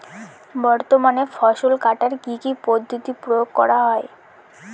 বর্তমানে ফসল কাটার কি কি পদ্ধতি প্রয়োগ করা হয়?